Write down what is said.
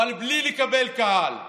אבל בלי לקבל קהל.